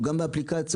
באפליקציות,